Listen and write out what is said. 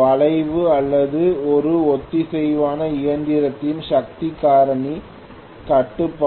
வளைவு அல்லது ஒரு ஒத்திசைவான இயந்திரத்தின் சக்தி காரணி கட்டுப்பாடு